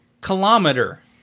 kilometer